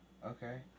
Okay